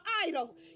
idol